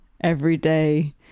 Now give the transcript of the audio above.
everyday